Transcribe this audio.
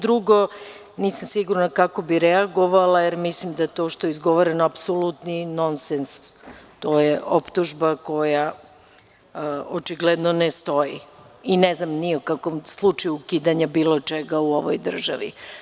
Drugo, nisam sigurna kako bi reagovala, jer mislim da to što je izgovoreno apsolutni nonsens, to je optužba koja očigledno ne stoji i ne znam ni o kakvom slučaju ukidanja bilo čega u ovoj državi.